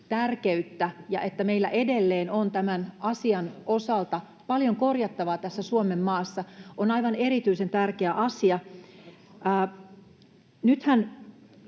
että meillä edelleen on tämän asian osalta paljon korjattavaa Suomenmaassa, on aivan erityisen tärkeä asia. Nythän